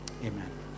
Amen